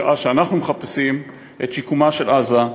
בשעה שאנו מחפשים את שיקומה של עזה,